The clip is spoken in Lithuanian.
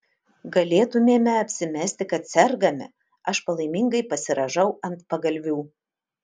galėtumėme apsimesti kad sergame aš palaimingai pasirąžau ant pagalvių